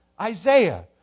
Isaiah